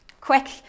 quick